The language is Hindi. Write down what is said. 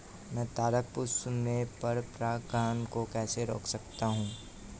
मैं तारक पुष्प में पर परागण को कैसे रोक सकता हूँ?